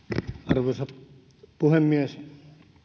arvoisa puhemies